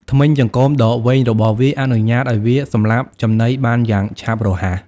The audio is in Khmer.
ធ្មេញចង្កូមដ៏វែងរបស់វាអនុញ្ញាតឲ្យវាសម្លាប់ចំណីបានយ៉ាងឆាប់រហ័ស។